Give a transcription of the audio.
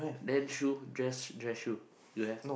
then shoe dress dress shoe do you have